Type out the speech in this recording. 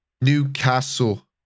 Newcastle